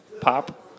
pop